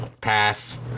Pass